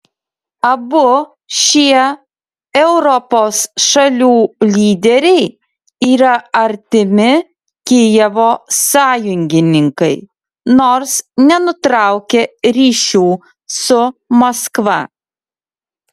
abu šie europos šalių lyderiai yra artimi kijevo sąjungininkai nors nenutraukia ryšių su maskva